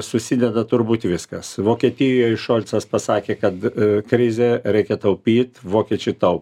susideda turbūt viskas vokietijoje šolcas pasakė kad krizė reikia taupyt vokiečiai tau